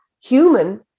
human